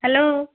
hello